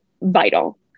vital